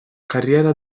carriera